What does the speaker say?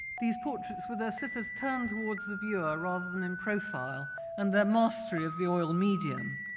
these portraits, with their sitters turned toward the viewer rather than in profile and their mastery of the oil medium,